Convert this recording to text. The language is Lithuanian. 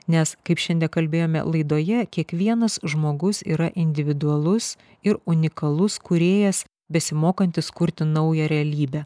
nes kaip šiandien kalbėjome laidoje kiekvienas žmogus yra individualus ir unikalus kūrėjas besimokantis kurti naują realybę